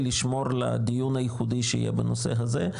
לשמור לדיון הייחודי שיהיה בנושא הזה,